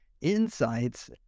insights